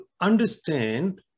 understand